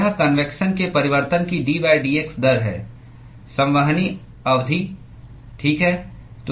यह कन्वेक्शन के परिवर्तन की d dx दर है संवहनी अवधि ठीक है